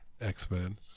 X-Men